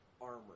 armor